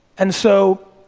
and so,